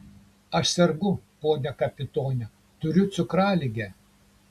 aš sergu pone kapitone turiu cukraligę